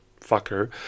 fucker